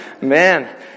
Man